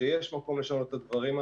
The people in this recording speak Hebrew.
שיש מקום לשנות את הדברים,